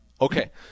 Okay